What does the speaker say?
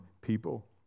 people